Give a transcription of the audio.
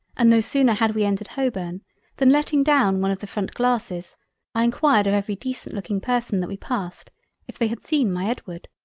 and no sooner had we entered holboun than letting down one of the front glasses i enquired of every decent-looking person that we passed if they had seen my edward?